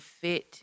fit